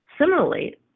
Similarly